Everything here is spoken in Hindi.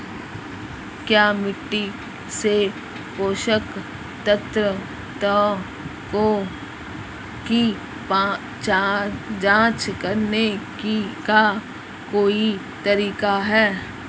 क्या मिट्टी से पोषक तत्व की जांच करने का कोई तरीका है?